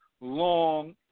Long